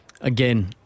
again